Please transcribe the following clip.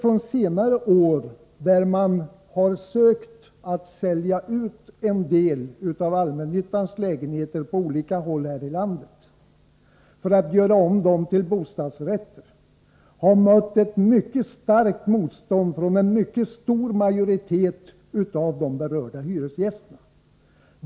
När man på olika håll här i landet har försökt att sälja ut en del av allmännyttans lägenheter för att göra om dem till bostadsrätter har man mött ett mycket starkt motstånd från en mycket stor majoritet av de berörda hyresgästerna.